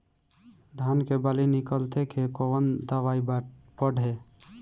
धान के बाली निकलते के कवन दवाई पढ़े?